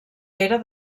pere